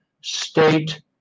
state